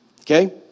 Okay